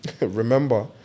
remember